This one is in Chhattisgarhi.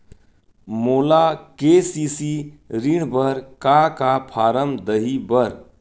मोला के.सी.सी ऋण बर का का फारम दही बर?